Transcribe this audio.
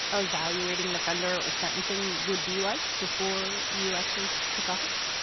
ah evaluating an offender or sentencing would be like before you actually took office?